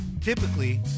typically